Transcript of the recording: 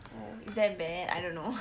oh it's that bad I don't know